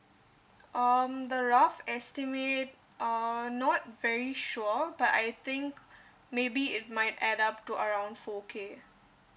um the rough estimate uh not very sure but I think maybe it might add up to around four K